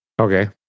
Okay